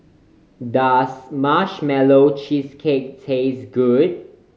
does Marshmallow Cheesecake taste good